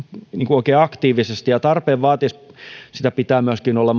oikein aktiivisesti ja tarpeen vaatiessa sitä pitää myöskin olla